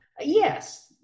Yes